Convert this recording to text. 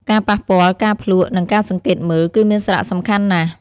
ការប៉ះពាល់ ការភ្លក្ស និងការសង្កេតមើល គឺមានសារៈសំខាន់ណាស់។